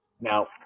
Now